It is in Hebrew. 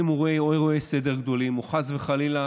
או אירועי סדר גדולים או חס וחלילה,